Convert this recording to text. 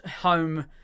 home